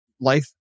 Life